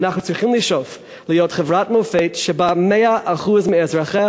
ואנחנו צריכים לשאוף להיות חברת מופת שבה 100% אזרחיה